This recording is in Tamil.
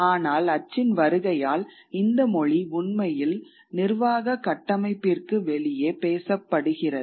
ஆனால் அச்சின் வருகையால்இந்த மொழி உண்மையில் நிர்வாக கட்டமைப்பிற்கு வெளியே பேசப்படுகிறது